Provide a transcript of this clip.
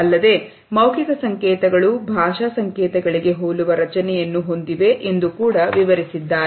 ಅಲ್ಲದೆ ಮೌಖಿಕ ಸಂಕೇತಗಳು ಭಾಷೆ ಸಂಕೇತಗಳಿಗೆ ಹೋಲುವ ರಚನೆಯನ್ನು ಹೊಂದಿದೆ ಎಂದು ಕೂಡ ವಿವರಿಸಿದ್ದಾರೆ